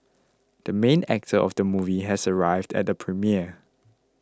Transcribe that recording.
the main actor of the movie has arrived at the premiere